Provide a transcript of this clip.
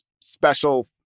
special